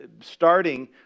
Starting